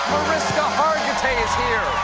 mariska hargitay is here.